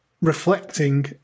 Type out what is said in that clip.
reflecting